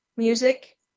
music